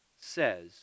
says